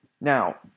Now